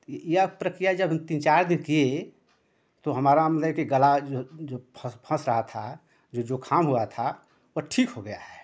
तो यह प्रक्रिया जब हम तीन चार दिन किए तो हमारा मतलब कि गला जो जो फँस फँस रहा था जो जुक़ाम हुआ था वह ठीक हो गया है